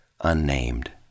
unnamed